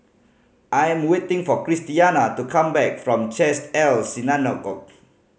I am waiting for Christiana to come back from Chesed El Synagogue